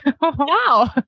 Wow